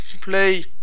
play